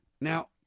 Now